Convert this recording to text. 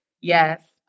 Yes